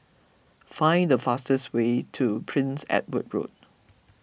find the fastest way to Prince Edward Road